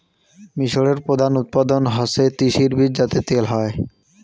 মিশরে প্রধান উৎপাদন হসে তিসির বীজ যাতে তেল হই